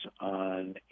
on